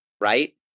right